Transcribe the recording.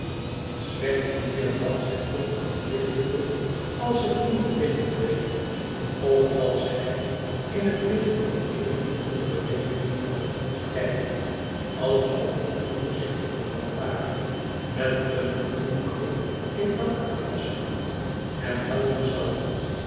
slechts nu en dan zijn hoofd oplichtende als er iemand binnentreedt of als hij in het midden van eene moeielijke berekening naar omhoog kijkt alsof de ondoorzichtige lantaren met een groenen knop in elke glasruit hem helpen zou